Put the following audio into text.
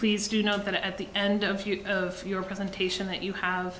please do note that at the end of your of your presentation that you have